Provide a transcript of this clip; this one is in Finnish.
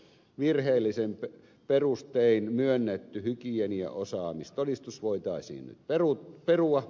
virheellisin perustein myönnetty hygieniaosaamistodistus voitaisiin perua